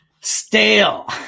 Stale